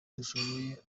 dushoboye